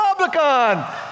Republican